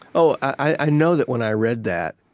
oh, i know that when i read that,